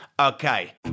Okay